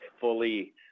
fully